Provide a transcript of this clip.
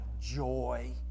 joy